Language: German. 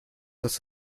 dass